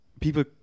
people